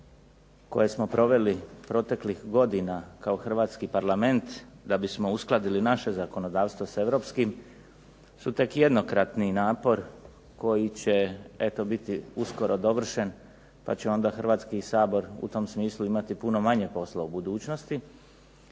koje smo proveli proteklih godina kao hrvatski Parlament da bismo uskladili naše zakonodavstvo sa europskim su tek jednokratni napor koji će biti eto uskoro dovršen, pa će onda Hrvatski sabor u tom smislu imati manje posla u budućnosti,